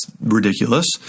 ridiculous